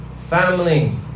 family